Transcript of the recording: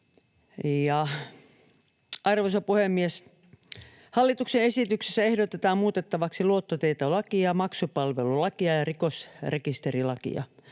Arvoisa puhemies! Hallituksen esityksessä ehdotetaan muutettavaksi luottotietolakia, maksupalvelulakia ja rikosrekisterilakia.